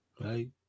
Right